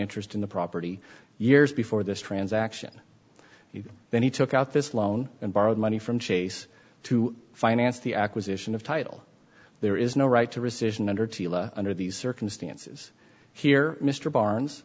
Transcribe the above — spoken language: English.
interest in the property years before this transaction he then he took out this loan and borrowed money from chase to finance the acquisition of title there is no right to rescission under under these circumstances here mr barnes